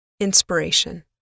inspiration